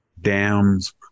dams